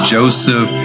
Joseph